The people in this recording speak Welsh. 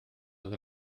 oedd